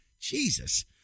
Jesus